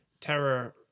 terror